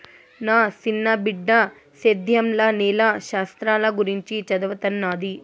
నా సిన్న బిడ్డ సేద్యంల నేల శాస్త్రంల గురించి చదవతన్నాది